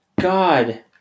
God